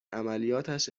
عملیاتش